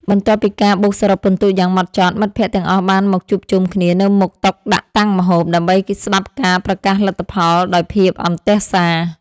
បន្ទាប់ពីការបូកសរុបពិន្ទុយ៉ាងហ្មត់ចត់ មិត្តភក្តិទាំងអស់បានមកជួបជុំគ្នានៅមុខតុដាក់តាំងម្ហូប ដើម្បីស្ដាប់ការប្រកាសលទ្ធផលដោយភាពអន្ទះសារ។